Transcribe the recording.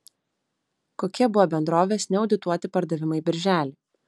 kokie buvo bendrovės neaudituoti pardavimai birželį